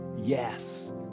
yes